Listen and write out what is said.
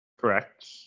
Correct